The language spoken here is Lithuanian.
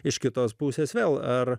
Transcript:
iš kitos pusės vėl ar